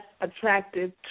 attractive